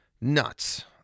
nuts